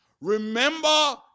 Remember